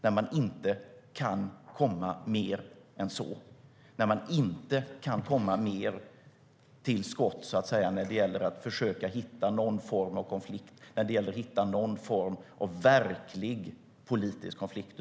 Oppositionen kan inte komma mer till skott när det gäller att försöka hitta någon form av verklig politisk konflikt.